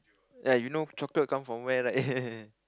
ya you know chocolate come from where like